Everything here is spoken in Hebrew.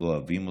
אוהבים אותך,